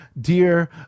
Dear